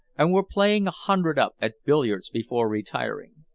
and were playing a hundred up at billiards before retiring.